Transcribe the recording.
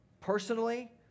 Personally